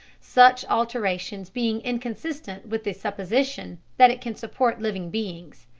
such alterations being inconsistent with the supposition that it can support living beings.